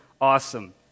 awesome